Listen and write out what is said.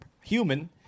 human